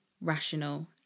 rational